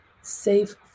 safe